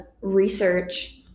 research